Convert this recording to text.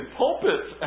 pulpits